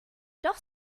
doch